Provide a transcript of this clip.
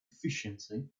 efficiency